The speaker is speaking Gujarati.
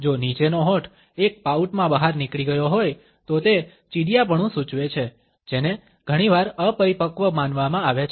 જો નીચેનો હોઠ એક પાઉટમાં બહાર નીકળી ગયો હોય તો તે ચીડિયાપણું સૂચવે છે જેને ઘણીવાર અપરિપક્વ માનવામાં આવે છે